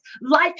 life